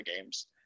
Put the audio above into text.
games